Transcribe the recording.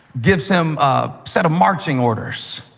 gives him a set of marching orders.